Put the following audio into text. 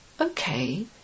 Okay